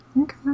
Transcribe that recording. Okay